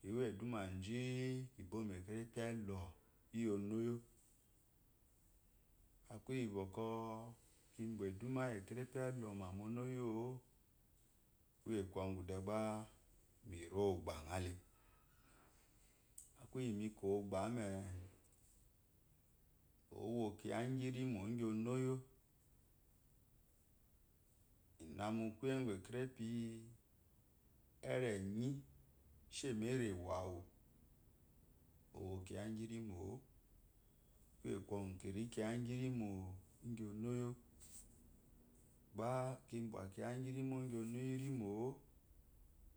kiwo idduma zhi ba kuye ugu ekerepi eló iyi ənoyo aku iyí bókó kibé idduma iyi ekerebi eloma iyi ənu oyó kuye gwogu ba kire mú ba ŋa le aku iyi mi ka mó ba me owo kiya ingirimo ingui ɔnu oyó ina mu kúye úgu ekerebe ereni ishe mu erewo awu kuye gwogu ba owó kiyá igi irimó kuye gyə gú kiri kiya ingyi irmo ingyi enu oyó ba ə ba kiya ingyi irimo ingyi ənu oyo mo